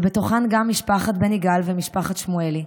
ובהן גם משפחת בן-יגאל ומשפחת שמואלי,